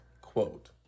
quote